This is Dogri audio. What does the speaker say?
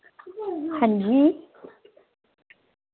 हां जी